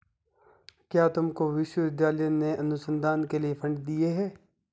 क्या तुमको विश्वविद्यालय ने अनुसंधान के लिए फंड दिए हैं?